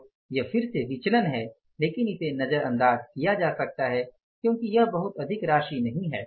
तो यह फिर से विचलन है लेकिन इसे नजरअंदाज किया जा सकता है क्योंकि यह बहुत अधिक राशि नहीं है